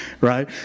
right